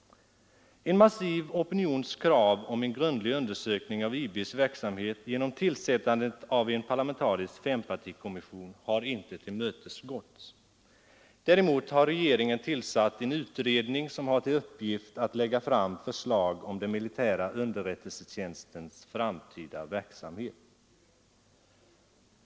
En massiv opinions krav på en grundlig undersökning av IB:s verksamhet genom tillsättande av en parlamentarisk fempartikommission har inte tillmötesgåtts. Däremot har regeringen tillsatt en utredning med uppgift att lägga fram förslag om den militära underrättelsetjänstens framtida verksamhet.